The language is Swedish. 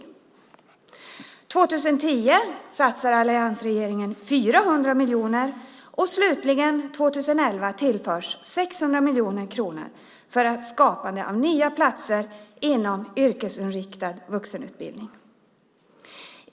År 2010 satsar alliansregeringen 400 miljoner och slutligen 2011 tillförs 600 miljoner kronor för att skapa nya platser inom yrkesinriktad vuxenutbildning.